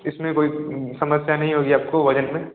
इसमें कोई समस्या नहीं होगी आपको वज़न में